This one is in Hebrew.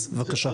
אז בבקשה,